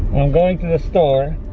i'm going to the store.